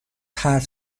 حرف